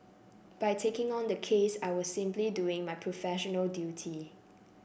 by taking on the case I was simply doing my professional duty